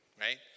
right